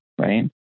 right